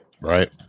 right